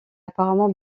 apparemment